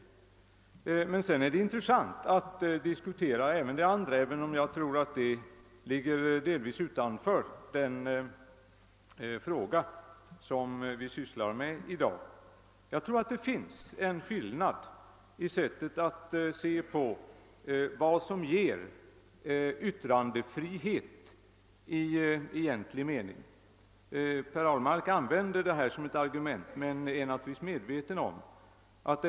Det kan emellertid vara intressant att diskutera också den övriga problematiken, även om den delvis faller utanför den fråga som vi i dag behandlar. Jag tror att det föreligger en skillnad i sättet att se på vad som ger yttrandefrihet i egentlig mening. Per Ahlmark använder yttrandefriheten som ett argument för det sätt på vilket han vill ha radioverksamheten organiserad.